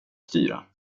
styra